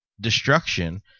destruction